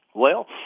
well,